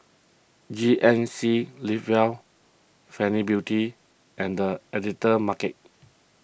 G N C Live Well Fenty Beauty and the Editor's Market